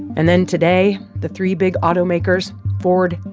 and then today, the three big automakers, ford,